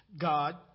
God